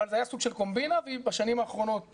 אבל זה היה סוג של קומבינה והיא בשנים האחרונות נאסרה.